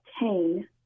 obtain